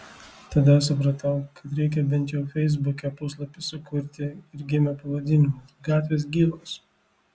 tada supratau kad reikia bent jau feisbuke puslapį sukurti ir gimė pavadinimas gatvės gyvos